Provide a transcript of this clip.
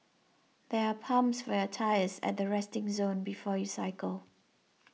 there are pumps for your tyres at the resting zone before you cycle